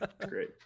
Great